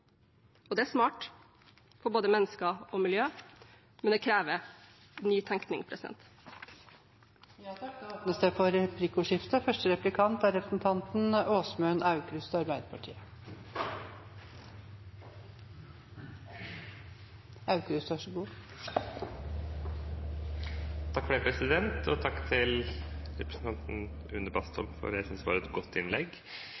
og det er smart, for både mennesker og miljø, men det krever en ny tenkning. Det blir replikkordskifte. Takk til representanten